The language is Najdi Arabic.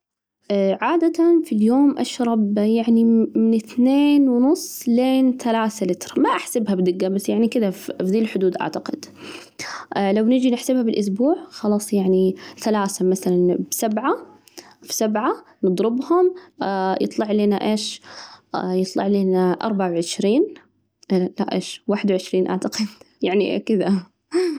عادة في اليوم أشرب يعني من اثنين ونص لين ثلاثة لتر ما أحسبها بدقة بس يعني كذا في ذي الحدود أعتقد، لو نجي نحسبها بالأسبوع، خلاص يعني ثلاثة مثلاً سبعة في سبعة نضربهم يطلع لنا إيش؟ يطلع لنا أربعة وعشرين، لا عش ،لا واحد وعشرين أعتقد يعني كذا.